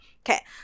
Okay